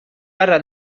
ara